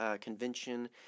convention